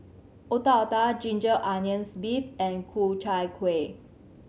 Otak Otak ginger onions beef and Ku Chai Kuih